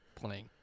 playing